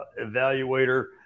evaluator